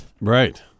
Right